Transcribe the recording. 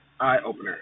eye-opener